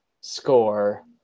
score